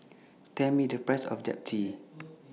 Tell Me The Price of Japchae